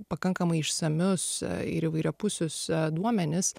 pakankamai išsamius ir įvairiapusius duomenis